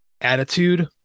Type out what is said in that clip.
attitude